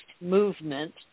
movement